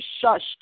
shush